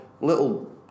little